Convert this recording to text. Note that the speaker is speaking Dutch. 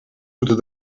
moeten